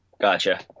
gotcha